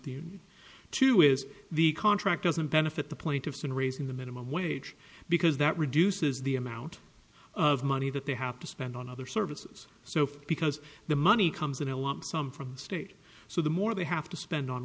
the two is the contract doesn't benefit the plaintiffs in raising the minimum wage because that reduces the amount of money that they have to spend on other services so because the money comes in a lump sum from the state so the more they have to spend on